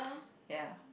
ya